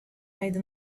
made